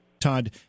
Todd